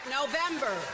November